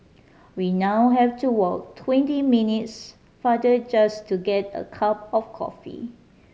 we now have to walk twenty minutes farther just to get a cup of coffee